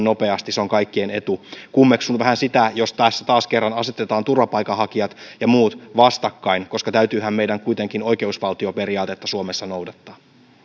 nopeasti se on kaikkien etu kummeksun vähän sitä jos taas kerran asetetaan turvapaikanhakijat ja muut vastakkain koska täytyyhän meidän kuitenkin oikeusvaltioperiaatetta suomessa noudattaa